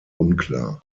unklar